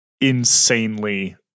insanely